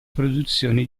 produzione